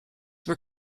were